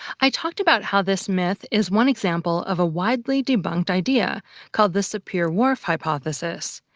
i talked about how this myth is one example of a widely debunked idea called the sapir-whorf hypothesis,